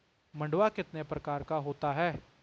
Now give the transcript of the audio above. मंडुआ कितने प्रकार का होता है?